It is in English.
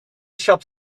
shots